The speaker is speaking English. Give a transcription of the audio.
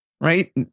right